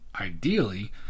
ideally